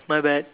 my bad